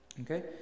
okay